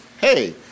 hey